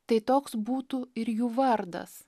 tai toks būtų ir jų vardas